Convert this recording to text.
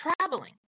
traveling